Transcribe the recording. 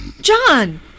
John